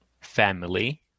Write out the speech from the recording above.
Family